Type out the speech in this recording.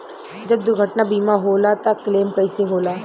जब दुर्घटना बीमा होला त क्लेम कईसे होला?